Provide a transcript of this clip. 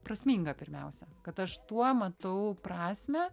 prasminga pirmiausia kad aš tuo matau prasmę